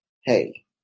hey